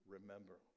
Remember